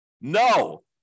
No